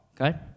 okay